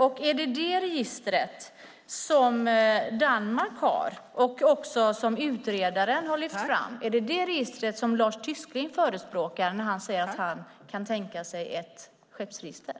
Är det samma register som Danmark har och som utredaren har lyft fram som Lars Tysklind förespråkar när han säger att han kan tänka sig ett skeppsregister?